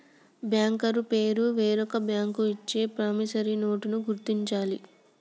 banker పేరు వేరొక bank ఇచ్చే ప్రామిసరీ నోటుని గుర్తించాలి